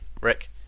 Rick